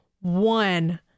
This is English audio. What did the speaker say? one